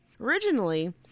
Originally